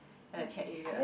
like the chat area